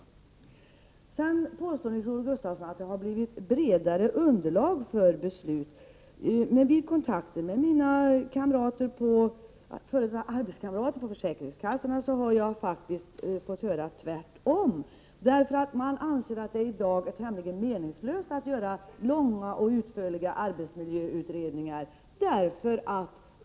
Nils-Olof Gustafsson påstår att det har skapats bredare underlag för beslut. Men i mina kontakter med mina f.d. arbetskamrater på försäkringskassorna har jag faktiskt fått höra att det är tvärtom. Man anser i dag att det är tämligen meningslöst att göra långa och utförliga arbetsmiljöutredningar.